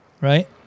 right